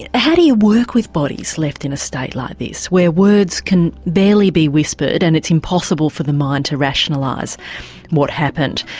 and how do you work with bodies left in a state like this where words can barely be whispered and it's impossible for the mind to rationalise what happened.